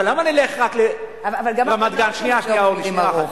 אבל גם, יום לימודים ארוך.